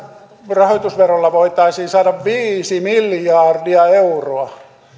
rahoitusverolla voitaisiin saada viisi miljardia euroa